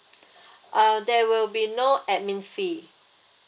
uh there will be no admin fee